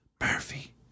Murphy